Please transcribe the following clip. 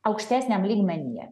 aukštesniam lygmenyje